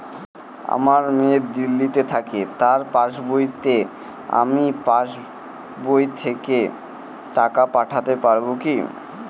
আমার মেয়ে দিল্লীতে থাকে তার পাসবইতে আমি পাসবই থেকে টাকা পাঠাতে পারব কি?